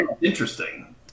interesting